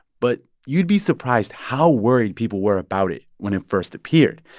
but you'd be surprised how worried people were about it when it first appeared,